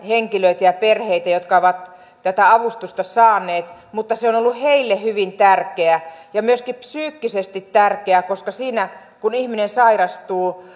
henkilöitä ja perheitä jotka ovat tätä avustusta saaneet mutta se on on ollut heille hyvin tärkeää ja myöskin psyykkisesti tärkeää koska silloin kun ihminen sairastuu